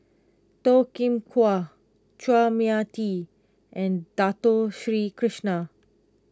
Toh Kim Hwa Chua Mia Tee and Dato Sri Krishna